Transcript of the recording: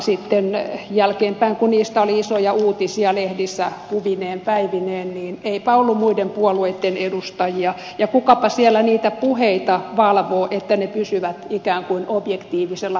sitten jälkeenpäin kun niistä oli isoja uutisia lehdissä kuvineen päivineen niin eipä ollut muitten puolueitten edustajia ja kukapa siellä niitä puheita valvoo että ne pysyvät ikään kuin objektiivisella puolella